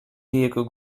diego